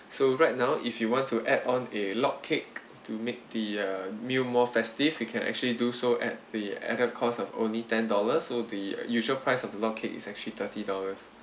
so right now if you want to add on a log cake to make the uh meal more festive you can actually do so at the added cost of only ten dollars so the usual price of log cake is actually thirty dollars